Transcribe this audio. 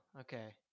okay